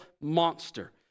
monster